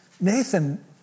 Nathan